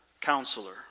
Counselor